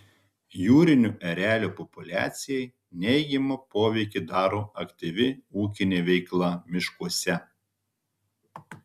jūrinių erelių populiacijai neigiamą poveikį daro aktyvi ūkinė veikla miškuose